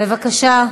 בבקשה.